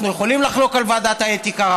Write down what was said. אנחנו יכולים לחלוק על ועדת האתיקה,